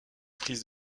prise